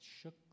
shook